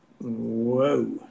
Whoa